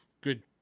good